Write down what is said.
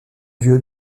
lieu